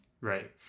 Right